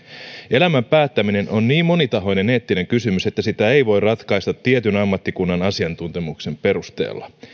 elämän päättäminen on niin monitahoinen eettinen kysymys että sitä ei voi ratkaista tietyn ammattikunnan asiantuntemuksen perusteella